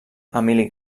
emili